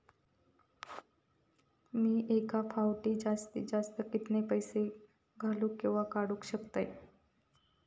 मी एका फाउटी जास्तीत जास्त कितके पैसे घालूक किवा काडूक शकतय?